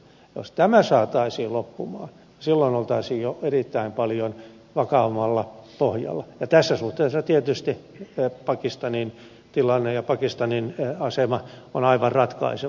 jos tämä saataisiin loppumaan silloin oltaisiin jo erittäin paljon vakaammalla pohjalla ja tässä suhteessa tietysti pakistanin tilanne ja pakistanin asema on aivan ratkaiseva